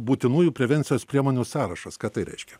būtinųjų prevencijos priemonių sąrašas ką tai reiškia